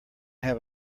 have